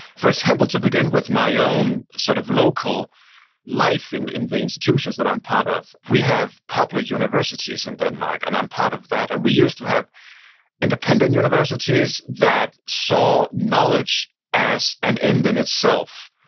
for example, to begin with my own sort of local life in the in the institutions that i'm part of, we have public universities in denmark, and i'm part of that. and we used to have independent universities that saw knowledge as an end in itself.